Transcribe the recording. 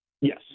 Yes